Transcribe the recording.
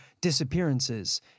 disappearances